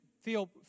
feel